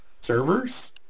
servers